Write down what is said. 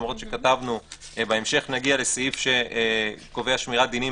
למרות שבהמשך נגיע לסעיף שקובע שמירת דינים